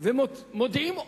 ומודיעים הודעות,